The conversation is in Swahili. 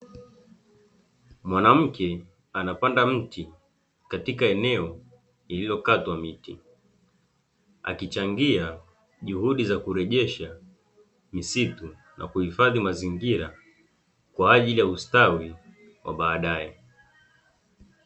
Mwanamke anapanda mti katika eneo lililokatwa miti, akichangia juhudi za kurejesha misitu na kuhifadhi mazingira kwa ajili ya ustawi wa baadae.